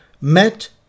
met